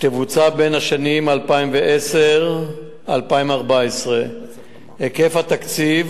שתבוצע בשנים 2010 2014. היקף התקציב